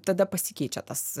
tada pasikeičia tas